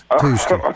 Tuesday